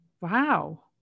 wow